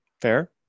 Fair